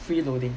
free loading